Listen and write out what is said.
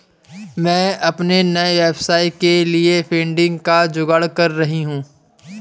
मैं अपने नए व्यवसाय के लिए फंडिंग का जुगाड़ कर रही हूं